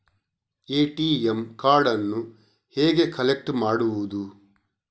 ATM ಕಾರ್ಡನ್ನು ಹೇಗೆ collect ಮಾಡುವುದು?